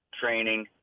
training